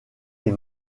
les